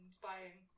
spying